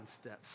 steps